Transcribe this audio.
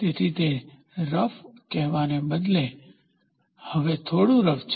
તેથી તે રફ કહેવાને બદલે હવે તે થોડું રફ છે